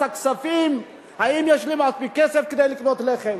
הכסף ולראות אם יש להם מספיק כסף כדי לקנות לחם.